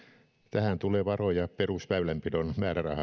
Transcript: tähän tulee varoja perusväylänpidon määrärahasta